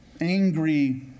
angry